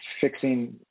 fixing